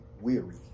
weary